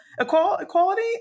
Equality